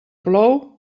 plou